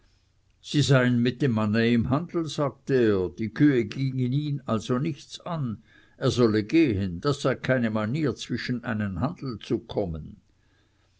sie seien mit dem manne im handel sagte er die kühe gingen ihn also nichts an er solle gehn das sei keine manier zwischen einen handel zu kommen